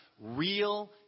Real